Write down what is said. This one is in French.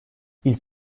ils